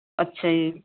ਅੱਛਾ ਜੀ